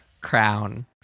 crown